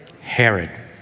Herod